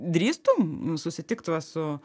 drįstum susitikt va su